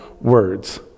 words